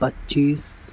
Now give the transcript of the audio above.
پچیس